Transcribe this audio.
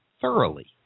thoroughly